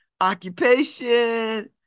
occupation